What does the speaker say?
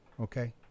Okay